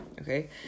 okay